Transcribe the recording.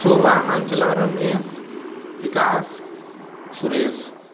Shobha Anchala Ramesh Vikas Suresh